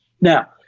Now